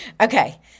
Okay